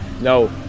No